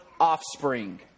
offspring